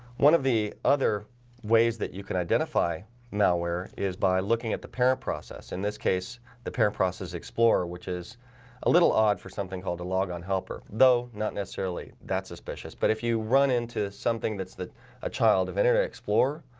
one of the other ways that you can identify malware is by looking at the parent process in this case the parent process explorer which is a little odd for something called a logon helper though, not necessarily that's suspicious but if you run into something that's that a child of internet explorer.